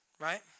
right